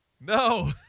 No